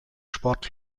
sport